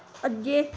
ਅੱਗੇ